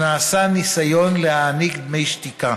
שנעשה ניסיון להעניק דמי שתיקה